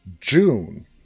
June